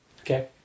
Okay